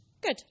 Good